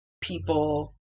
people